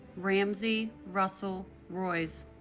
ramsey russell roys